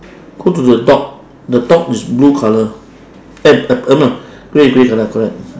go to the dog the dog is blue colour eh uh no grey grey colour correct